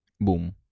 Boom